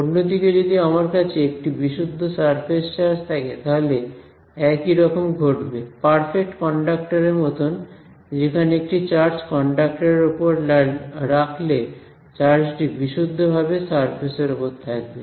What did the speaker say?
অন্যদিকে যদি আমার কাছে একটি বিশুদ্ধ সারফেস চার্জ থাকে তাহলে একই রকম ঘটবে পারফেক্ট কন্ডাক্টর এর মত যেখানে একটি চার্জ কন্ডাক্টর এর উপর রাখলে চার্জ টি বিশুদ্ধভাবে সারফেস এর ওপর থাকবে